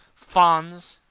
fauns,